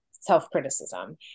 self-criticism